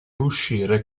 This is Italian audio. uscire